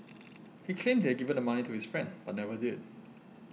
he claimed had given the money to his friend but never did